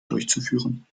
durchzuführen